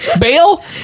Bail